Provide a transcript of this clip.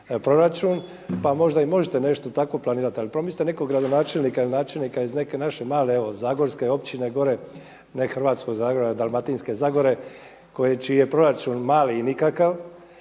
proračun pa možda i možete nešto takvo planirati. Ali promislite nekog gradonačelnika ili načelnika iz neke naše male evo zagorske općine gore, Hrvatskog zagorja ili Dalmatinske zagore čiji je proračun mali i nikakav.